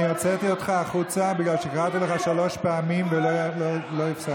אני הוצאתי אותך החוצה בגלל שקראתי אותך לסדר שלוש פעמים ולא הפסקת.